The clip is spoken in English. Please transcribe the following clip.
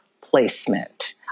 placement